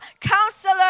Counselor